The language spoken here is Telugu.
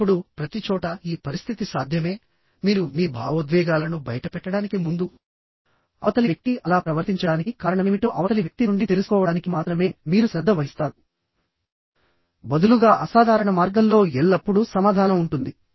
ఇప్పుడు ప్రతిచోటా ఈ పరిస్థితి సాధ్యమే మీరు మీ భావోద్వేగాలను బయటపెట్టడానికి ముందు అవతలి వ్యక్తి అలా ప్రవర్తించడానికి కారణమేమిటో అవతలి వ్యక్తి నుండి తెలుసుకోవడానికి మాత్రమే మీరు శ్రద్ధ వహిస్తారు బదులుగా అసాధారణ మార్గంలో ఎల్లప్పుడూ సమాధానం ఉంటుంది